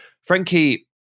Frankie